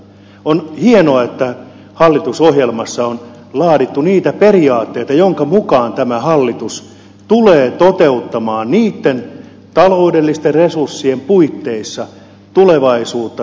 on hienoa että hallitusohjelmassa on laadittu niitä periaatteita joiden mukaan tämä hallitus tulee toteuttamaan niitten taloudellisten resurssien puitteissa tulevaisuutta tässä yhteiskunnassa